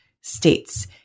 states